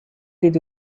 did